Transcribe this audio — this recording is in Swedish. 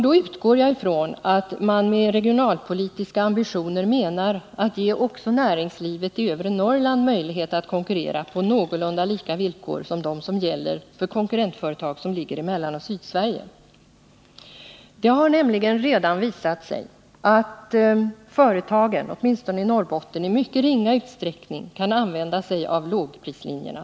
Då utgår jag från att man med regionalpolitiska ambitioner menar att ge också näringslivet i övre Norrland möjlighet att konkurrera på någorlunda lika villkor som de som gäller för konkurrentföretag som ligger i Mellanoch Sydsverige. Det har nämligen redan visat sig att företagen, åtminstone de i Norrbotten, i mycket ringa utsträckning kan använda sig av lågprislinjerna.